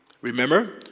Remember